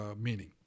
meaning